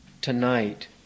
tonight